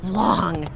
long